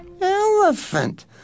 Elephant